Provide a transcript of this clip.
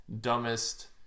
dumbest